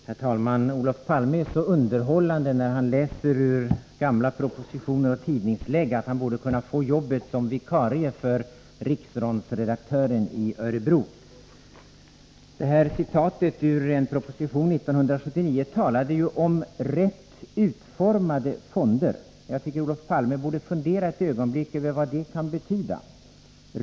Herr talman! Olof Palme är så underhållande när han läser ur gamla propositioner och tidningslägg att han borde kunna få jobbet som vikarie för riksrondsredaktören i Örebro. Citatet ur en proposition 1979 handlade ju om ”rätt utformade” fonder. Jag tycker att Olof Palme borde fundera ett ögonblick över vad det kan betyda.